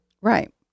Right